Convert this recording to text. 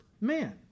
man